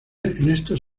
estos